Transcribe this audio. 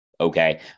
okay